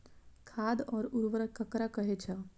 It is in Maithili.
खाद और उर्वरक ककरा कहे छः?